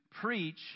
preach